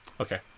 Okay